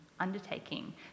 Undertaking